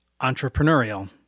entrepreneurial